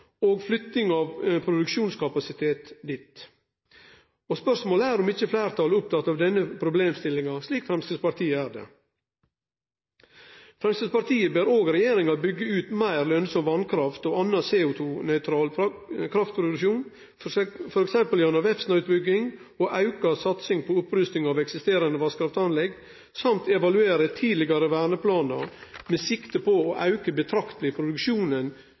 og flytting av produksjonskapasitet dit. Spørsmålet er om ikkje fleirtalet er oppteke av denne problemstillinga slik Framstegspartiet er det. Framstegspartiet ber òg regjeringa byggje ut meir lønsam vasskraft og annan CO2-nøytal kraftproduksjon, f.eks. gjennom Vefsna-utbygging og auka satsing på opprusting av eksisterande vasskraftanlegg og evaluering av tidlegare verneplanar, med sikte på å auke produksjonen